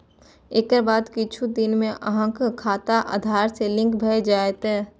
एकर बाद किछु दिन मे अहांक खाता आधार सं लिंक भए जायत